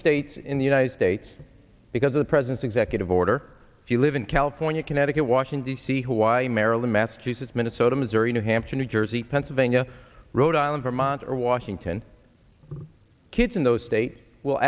states in the united states because the president's executive order if you live in california connecticut washington d c hawaii maryland massachusetts minnesota missouri new hampshire new jersey pennsylvania rhode island vermont or washington the kids in those states will